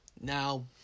now